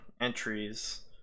entries